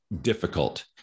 difficult